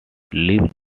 leaves